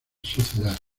sociedad